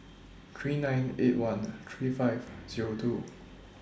three nine eight one three five Zero two